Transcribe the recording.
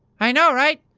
i know, right?